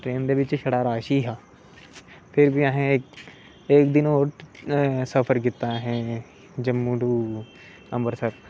train दे बिच छड़ा रश ही हा फिर बी असें इक दिन होर सफर कीता अंसे जम्मू टू अवंरसर